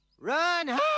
Run